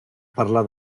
parlar